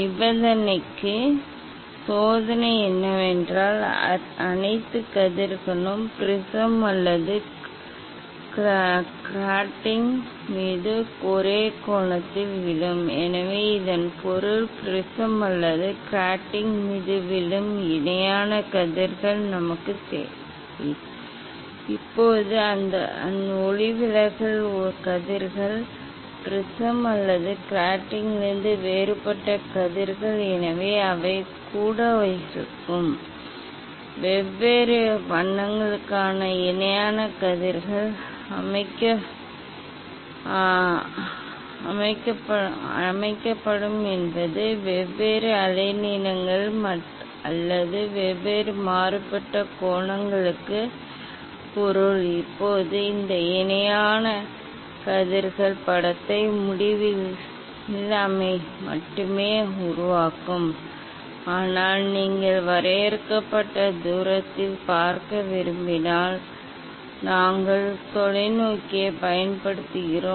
நிபந்தனைக்கு சோதனை என்னவென்றால் அனைத்து கதிர்களும் ப்ரிஸம் அல்லது கிராட்டிங் மீது ஒரே கோணத்தில் விழும் எனவே இதன் பொருள் ப்ரிஸம் அல்லது கிராட்டிங் மீது விழும் இணையான கதிர்கள் நமக்குத் தேவை இப்போது அந்த ஒளிவிலகல் கதிர்கள் அல்லது ப்ரிஸம் அல்லது கிராட்டிங்கிலிருந்து வேறுபட்ட கதிர்கள் எனவே அவை கூட இருக்கும் வெவ்வேறு வண்ணங்களுக்கான இணையான கதிர்கள் அமைக்கப்படும் என்பது வெவ்வேறு அலைநீளங்கள் அல்லது வெவ்வேறு மாறுபட்ட கோணங்களுக்கு பொருள் இப்போது இந்த இணையான கதிர்கள் படத்தை முடிவிலியில் மட்டுமே உருவாக்கும் ஆனால் நீங்கள் வரையறுக்கப்பட்ட தூரத்தில் பார்க்க விரும்பினால் நாங்கள் தொலைநோக்கியைப் பயன்படுத்துகிறோம்